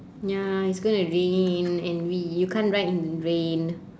ya it's gonna rain and we you can't ride in the rain